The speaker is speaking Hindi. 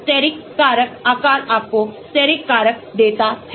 steric कारक आकार आपको steric कारक देता है